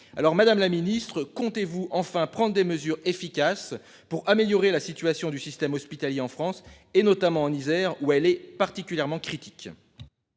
alors Madame la Ministre comptez-vous enfin prendre des mesures efficaces pour améliorer la situation du système hospitalier en France et notamment en Isère où elle est particulièrement critique.